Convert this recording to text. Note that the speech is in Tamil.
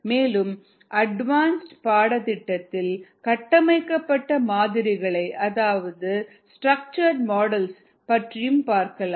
மேலும் அட்வான்ஸ்ட் பாடத்திட்டத்தில் கட்டமைக்கப்பட்ட மாதிரிகளை அதாவது ஸ்ட்ரக்சர்டு மாடல்ஸ் பற்றிப் பார்க்கலாம்